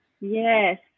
Yes